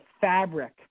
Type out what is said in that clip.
fabric